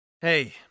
Hey